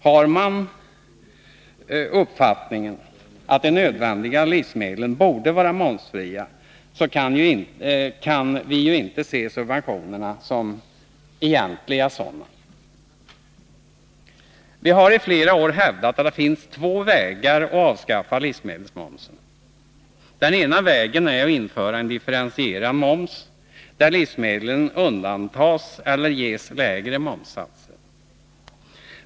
Har man uppfattningen att de nödvändiga livsmedlen borde vara momsfria, så kan vi ju inte se subventionerna som egentliga sådana. Vi har i flera år hävdat att det finns två vägar att avskaffa livsmedelsmomsen. Den ena vägen är att införa en differentierad moms, där livsmedlen undantas eller ges lägre momssatser.